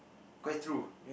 quite true